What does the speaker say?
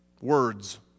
words